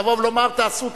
לבוא ולומר: תעשו,